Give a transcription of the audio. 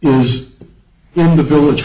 us the village